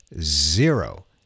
zero